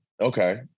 Okay